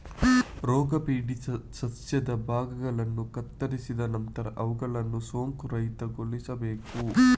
ರೋಗಪೀಡಿತ ಸಸ್ಯದ ಭಾಗಗಳನ್ನು ಕತ್ತರಿಸಿದ ನಂತರ ಅವುಗಳನ್ನು ಸೋಂಕುರಹಿತಗೊಳಿಸಬೇಕು